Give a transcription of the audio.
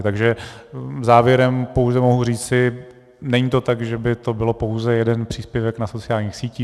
Takže závěrem pouze mohu říci, není to tak, že by to byl pouze jeden příspěvek na sociálních sítí.